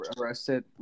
arrested